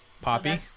Poppy